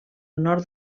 nord